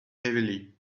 heavily